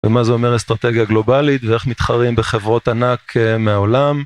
ומה זה אומר אסטרטגיה גלובלית ואיך מתחרים בחברות ענק מהעולם.